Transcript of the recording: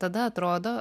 tada atrodo